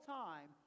time